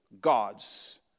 god's